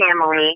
family